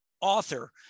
author